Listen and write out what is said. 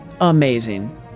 Amazing